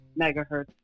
megahertz